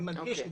ואני מדגיש,